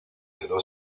quedó